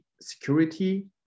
security